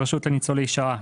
הרשות לניצולי שואה,